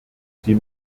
die